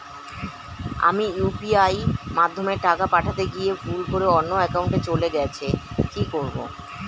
আমি ইউ.পি.আই মাধ্যমে টাকা পাঠাতে গিয়ে ভুল করে অন্য একাউন্টে চলে গেছে কি করব?